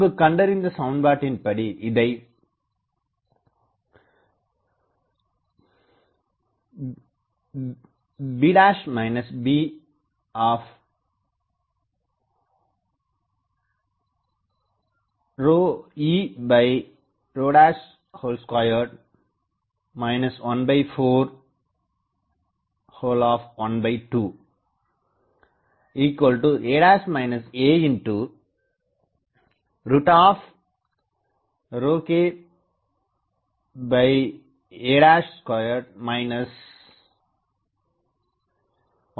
முன்பு கண்டறிந்த சமன்பாட்டின்படி இதை b beb2 1412a aha2 1412 என எழுதலாம்